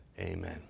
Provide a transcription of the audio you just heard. Amen